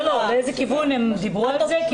לא, לאיזה כיוון הם דיברו על זה?